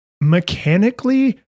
Mechanically